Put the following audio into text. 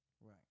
Right